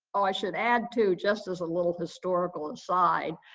ah i should add too, just as a little historical aside,